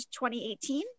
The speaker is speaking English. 2018